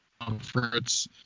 conference